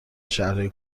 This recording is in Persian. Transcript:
شهرهای